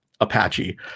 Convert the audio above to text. Apache